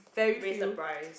raise the price